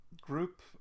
group